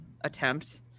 attempt